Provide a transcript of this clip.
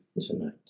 tonight